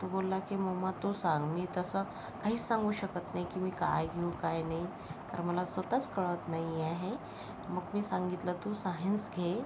तो बोलला की मम्मा तू सांग मी तसं काहीच सांगू शकत नाही की मी काय घेऊ काय नाही कारण मला स्वत च कळत नाही आहे की मग मी सांगितलं तू सायन्स घे